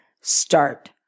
start